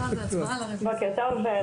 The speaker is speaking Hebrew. בוקר טוב.